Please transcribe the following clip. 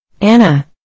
Anna